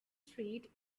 street